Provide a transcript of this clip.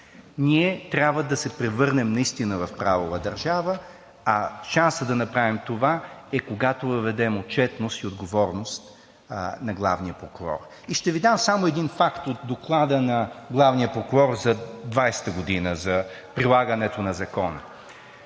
Ние трябва да се превърнем наистина в правова държава, а шансът да направим това е, когато въведем отчетност и отговорност на главния прокурор. И ще Ви дам само един факт от доклада на главния прокурор за 2020 г. за прилагането на закона.